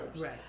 Right